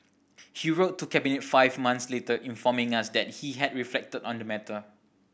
he wrote to Cabinet five months later informing us that he had reflected on the matter